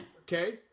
Okay